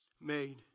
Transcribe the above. made